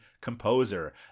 composer